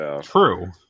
True